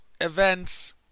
events